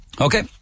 Okay